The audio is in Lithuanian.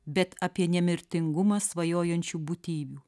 bet apie nemirtingumą svajojančių būtybių